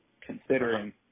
considering